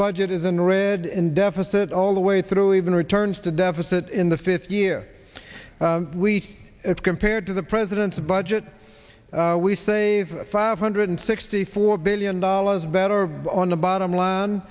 budget isn't red in deficit all the way through even returns to deficit in the fifth year we compared to the president's budget we save five hundred sixty four billion dollars better on the bottom